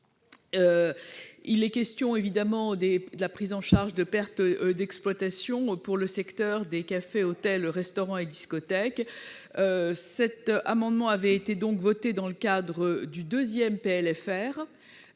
Il s'agissait évidemment de prendre en charge les pertes d'exploitation pour le secteur des cafés, hôtels, restaurants et discothèques. Cet amendement avait été voté dans le cadre du PLFR